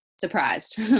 surprised